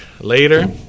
later